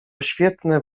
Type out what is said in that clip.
świetne